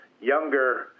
younger